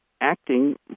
acting